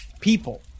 people